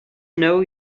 know